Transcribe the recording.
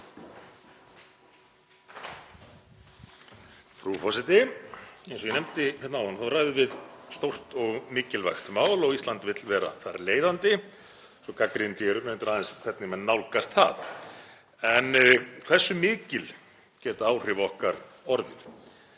Frú forseti. Eins og ég nefndi hérna áðan ræðum við stórt og mikilvægt mál og Ísland vill vera þar leiðandi. Svo gagnrýndi ég reyndar aðeins hvernig menn nálgast það. En hversu mikil geta áhrif okkar orðið?